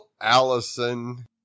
Allison